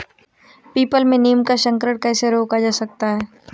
People में नीम का संकरण कैसे रोका जा सकता है?